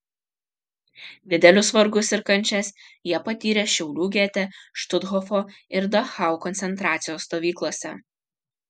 didelius vargus ir kančias jie patyrė šiaulių gete štuthofo ir dachau koncentracijos stovyklose